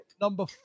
number